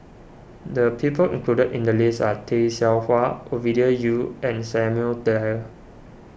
the people included in the list are Tay Seow Huah Ovidia Yu and Samuel Dyer